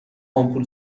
آمپول